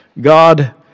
God